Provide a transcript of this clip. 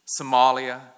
Somalia